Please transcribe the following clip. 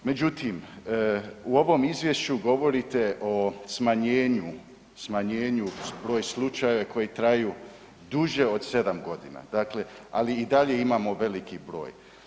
Međutim u ovom izvješću govorite o smanjenju, smanjenju broj slučaja koji traju duže od 7 godina, dakle ali i dalje imamo veliki broj.